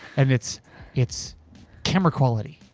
and it's it's camera quality.